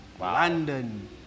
London